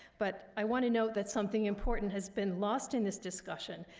but i want to note that something important has been lost in this discussion,